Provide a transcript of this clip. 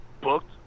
booked